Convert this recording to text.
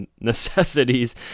necessities